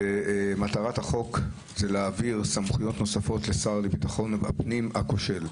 מטרת החוק זה להעביר לשר לביטחון הפנים הכושל.